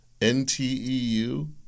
NTEU